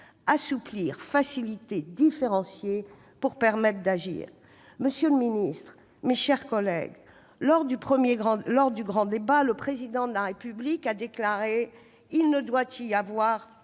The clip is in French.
d'assouplir, de faciliter et de différencier pour permettre d'agir. Madame, monsieur les ministres, mes chers collègues, lors du grand débat, le Président de la République a déclaré :« Il ne doit pas y avoir